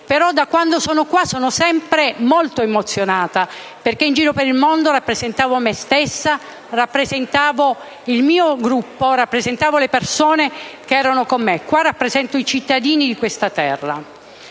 eppure da quando sono qua sono sempre molto emozionata, perché in giro per il mondo rappresentavo me stessa, il mio gruppo, le persone che erano con me, invece qua rappresento i cittadini di questa terra.